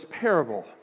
parable